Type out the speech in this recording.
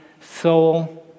soul